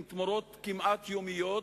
עם תמורות כמעט יומיות,